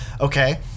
Okay